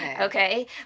Okay